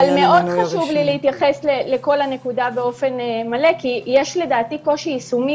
מאוד חשוב לי להתייחס לכל הנקודה באופן מלא כי יש לדעתי קושי יישומי